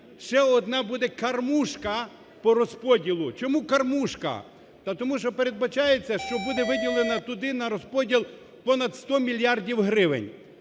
ще одна буде кормушка по розподілу. Чому кормушка? Та тому що передбачається, що буде виділено туди на розподіл понад 100 мільярдів гривень,